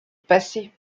passée